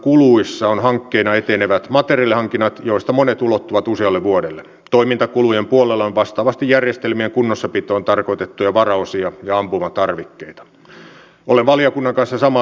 siinä on varmasti mahdollisuus tarkastella myös muita turvallisuusviranomaisia ja tavallaan niitä uuden ajan turvallisuusuhkia jotka useasti myös ovat itse asiassa ulkoa tulevia turvallisuusuhkia